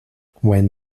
when